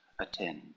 attend